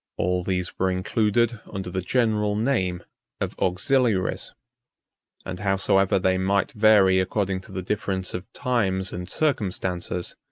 all these were included under the general name of auxiliaries and howsoever they might vary according to the difference of times and circumstances,